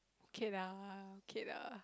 okay lah okay lah